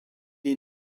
est